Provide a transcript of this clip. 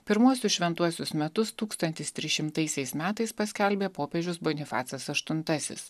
pirmuosius šventuosius metus tūkstantis trys šimtaisiais metais paskelbė popiežius bonifacas aštuntasis